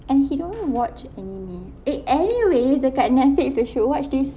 and he don't watch anime eh anyways dekat netflix you should watch this